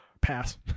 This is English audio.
Pass